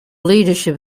leadership